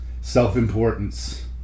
self-importance